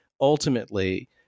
ultimately